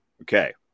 Okay